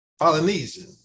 Polynesian